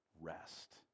rest